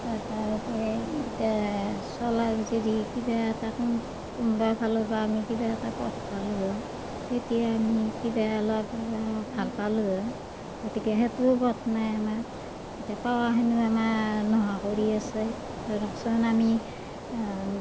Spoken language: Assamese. তাৰ পৰা এতিয়া এতিয়া চলা ভিতৰত কিবা তাকো কোনোবা এফালৰ পৰা আমি কিবা এটা পথ পালোঁ হয় তেতিয়া আমি কিবা অলপ ভাল পালোঁ হয় গতিকে সেইটোও পথ নাই আমাৰ এতিয়া পাৱাখিনিও আমাৰ নোহোৱা কৰিয়ে আছে ধৰকচোন আমি